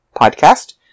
Podcast